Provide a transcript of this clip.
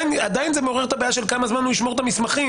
עדיין זה מעורר את הבעיה של כמה זמן הוא ישמור את המסמכים,